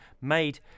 made